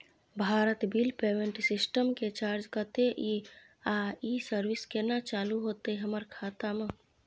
Bharat bill payment system के charge कत्ते इ आ इ सर्विस केना चालू होतै हमर खाता म?